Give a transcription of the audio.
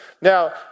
Now